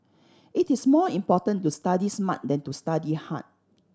it is more important to study smart than to study hard